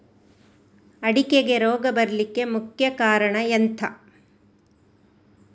ಅಡಿಕೆಗೆ ರೋಗ ಬರ್ಲಿಕ್ಕೆ ಮುಖ್ಯ ಕಾರಣ ಎಂಥ?